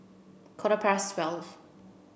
quarter past twelve